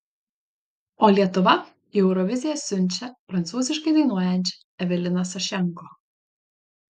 o lietuva į euroviziją siunčia prancūziškai dainuojančią eveliną sašenko